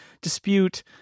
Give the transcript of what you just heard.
dispute